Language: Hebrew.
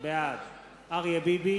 בעד אריה ביבי,